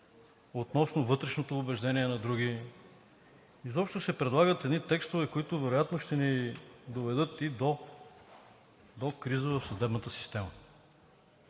относно вътрешното убеждение на други. Изобщо се предлагат едни текстове, които вероятно ще ни доведат и до криза в съдебната система.